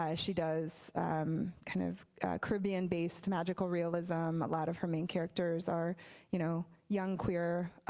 yeah she does kind of caribbean based magical realism. a lot of her main characters are you know young, queer,